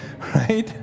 right